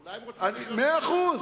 אולי הם רוצים לחיות, מאה אחוז.